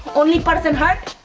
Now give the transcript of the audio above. only person hurt?